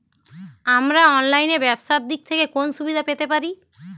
আমরা অনলাইনে ব্যবসার দিক থেকে কোন সুবিধা পেতে পারি?